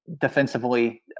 defensively